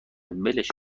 ولش